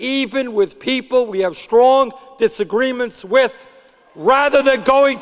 even with people we have strong disagreements with rather than going